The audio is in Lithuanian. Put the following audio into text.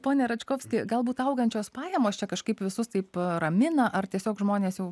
pone račkovski galbūt augančios pajamos čia kažkaip visus taip ramina ar tiesiog žmonės jau